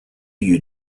you